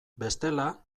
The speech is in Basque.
bestela